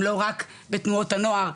הם לא רק בתנועות הנוער,